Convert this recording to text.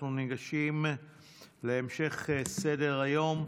אנחנו ניגשים להמשך סדר-היום,